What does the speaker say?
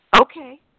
Okay